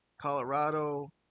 Colorado